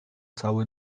cały